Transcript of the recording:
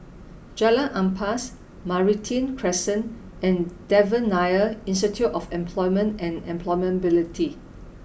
Jalan Ampas Meranti Crescent and Devan Nair Institute of Employment and Employability